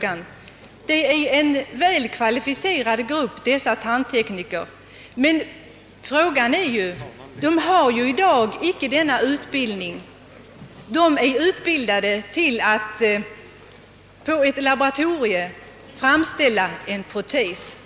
Tandteknikerna är en väl kvalificerad yrkesgrupp, men de har i dag inte den utbildning som fordras för att självständigt och på eget ansvar utföra de arbetsuppgifter som nämns i motionen. De är utbildade för att på ett Iaboratorium tillverka proteser.